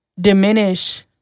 diminish